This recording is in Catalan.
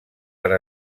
per